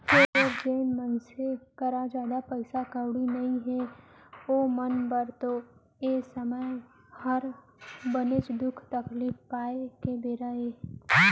फेर जेन मनसे करा जादा पइसा कउड़ी नइये ओमन बर तो ए समे हर बनेच दुख तकलीफ पाए के बेरा अय